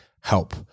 help